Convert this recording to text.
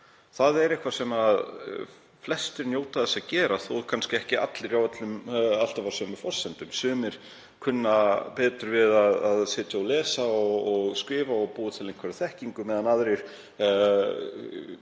Það er nokkuð sem flestir njóta þess að gera, þó kannski ekki allir alltaf á sömu forsendum. Sumir kunna betur við að sitja og lesa og skrifa og búa til einhverja þekkingu á meðan aðrir verða